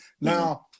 Now